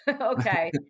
Okay